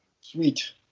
Sweet